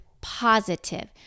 positive